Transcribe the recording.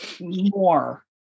more